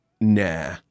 nah